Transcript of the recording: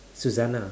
suzzanna